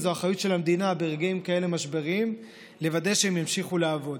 וזו אחריות של המדינה ברגעים כאלה משבריים לוודא שהן ימשיכו לעבוד.